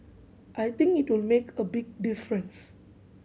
I think it will make a big difference